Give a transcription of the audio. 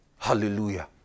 Hallelujah